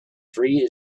free